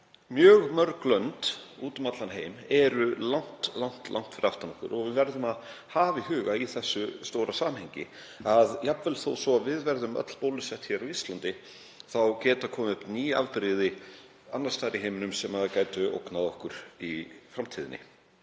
mjög mörg lönd úti um allan heim eru langt fyrir aftan okkur og við verðum að hafa í huga í þessu stóra samhengi að jafnvel þó svo að við verðum öll bólusett á Íslandi geta komið upp ný afbrigði annars staðar í heiminum sem gætu ógnað okkur í framtíðinni.